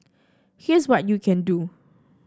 here's what you can do